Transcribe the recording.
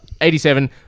87